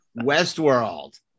Westworld